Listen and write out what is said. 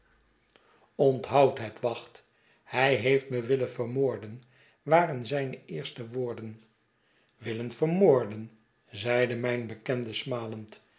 onthoud het wacht hij heeft me willen vermoorden waren zijne eerste woorden willen vermoorden zeide mijn bekende smalend